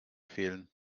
fehlen